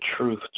truth